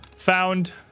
found